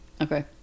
Okay